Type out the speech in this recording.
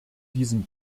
diesen